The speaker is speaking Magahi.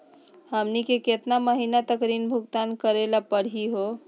हमनी के केतना महीनों तक ऋण भुगतान करेला परही हो?